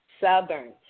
Southern